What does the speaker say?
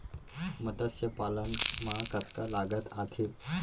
मतस्य पालन मा कतका लागत आथे?